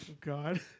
God